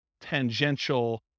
tangential